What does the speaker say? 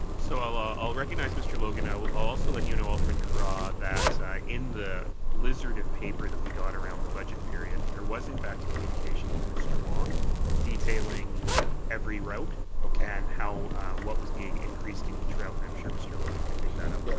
so i'll ah i'll recognize mr. logan. i will also let you know, alderman carra, that in the blizzard of paper that we got around the budget period, there was in fact a communication from mr. wong detailing every route and how what was being increased in each route, and i'm sure mr. logan could dig that up yeah